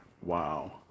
Wow